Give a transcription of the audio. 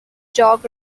duck